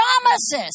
promises